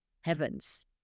heavens